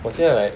我现在 like